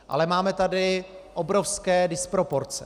Ale máme tady obrovské disproporce.